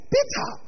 Peter